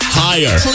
higher